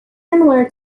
similar